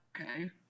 Okay